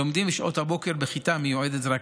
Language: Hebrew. לומדים בשעות הבוקר בכיתה המיועדת רק